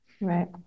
right